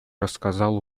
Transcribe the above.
рассказал